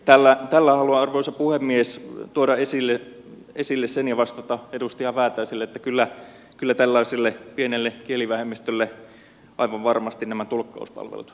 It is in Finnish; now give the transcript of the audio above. tällä haluan arvoisa puhemies tuoda esille sen ja vastata edustaja väätäiselle että kyllä tällaiselle pienelle kielivähemmistölle aivan varmasti nämä tulkkauspalvelut saataisiin järjestymään